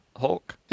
Hulk